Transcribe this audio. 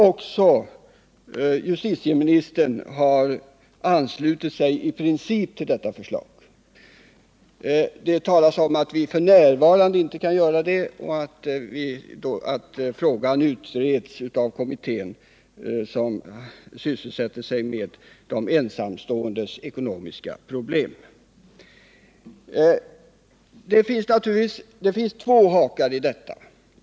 Även justitieministern har anslutit sig i princip till detta förslag men säger att man f. n. inte kan biträda detsamma och att frågan utreds av den kommitté som sysslar med de ensamståendes ekonomiska problem. Det finns två hakar i detta resonemang.